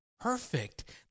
Perfect